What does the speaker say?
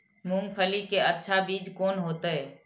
मूंगफली के अच्छा बीज कोन होते?